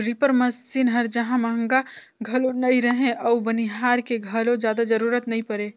reaper machine हर जहां महंगा घलो नई रहें अउ बनिहार के घलो जादा जरूरत नई परे